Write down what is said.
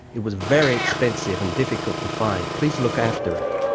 it was very expensive and difficult to find. please look after it.